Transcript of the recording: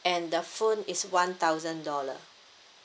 and the phone is one thousand dollar